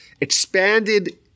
expanded